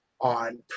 on